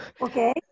Okay